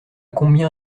combien